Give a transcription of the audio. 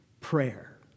prayer